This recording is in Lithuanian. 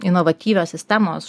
inovatyvios sistemos